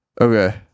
Okay